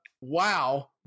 Wow